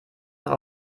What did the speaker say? noch